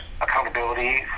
accountability